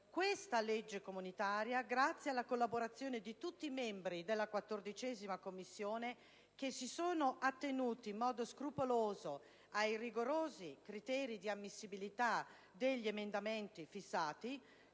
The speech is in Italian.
Questa legge comunitaria, grazie alla collaborazione di tutti i membri della 14a Commissione che si sono attenuti in modo scrupoloso ai rigorosi criteri di ammissibilità degli emendamenti fissati,